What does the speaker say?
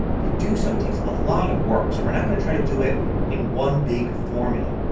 to do so takes a lot of work so we're not going to try to do it in one big formula.